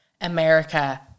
America